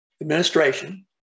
administration